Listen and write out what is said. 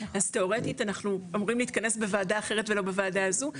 אז תאורטית אנחנו אמורים להתכנס בוועדה אחרת ולא בוועדה הזו,